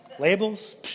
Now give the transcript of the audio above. Labels